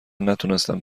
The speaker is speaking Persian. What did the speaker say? نتونستم